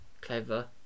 clever